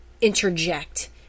interject